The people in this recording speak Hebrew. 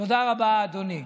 תודה רבה, אדוני.